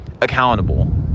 accountable